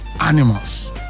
animals